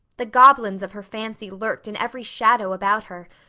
the goblins of her fancy lurked in every shadow about her,